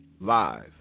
live